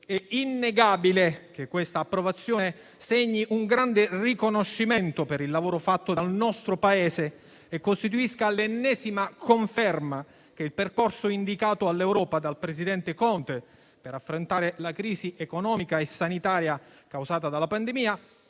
È innegabile che questa approvazione segni un grande riconoscimento per il lavoro fatto dal nostro Paese e costituisca l'ennesima conferma che il percorso indicato all'Europa dal presidente Conte per affrontare la crisi economica e sanitaria causata dalla pandemia